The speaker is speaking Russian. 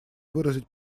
выразить